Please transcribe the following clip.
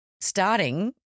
starting